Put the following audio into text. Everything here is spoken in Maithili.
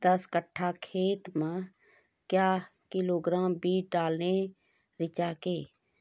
दस कट्ठा खेत मे क्या किलोग्राम बीज डालने रिचा के?